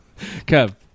Kev